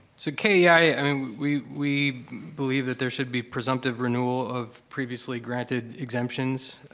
so kei, i mean we we believe that there should be presumptive renewal of previously granted exemptions.